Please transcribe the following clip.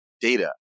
data